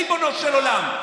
ריבונו של עולם.